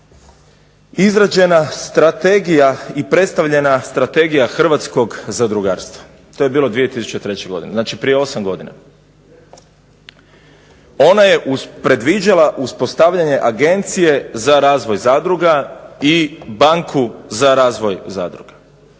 izrađena strategija i predstavljena Strategija hrvatskog zadrugarstva. To je bilo 2003. godine. Znači, prije osam godina. Ona je predviđala uspostavljanje Agencije za razvoj zadruga i banku za razvoj zadruga.